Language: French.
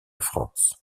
france